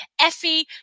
Effie